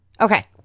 Okay